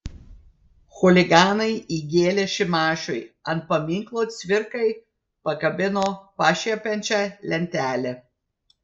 chuliganai įgėlė šimašiui ant paminklo cvirkai pakabino pašiepiančią lentelę